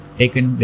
taken